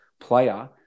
player